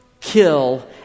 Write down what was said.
kill